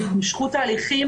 התמשכות ההליכים